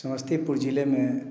समस्तीपुर जिले में